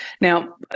Now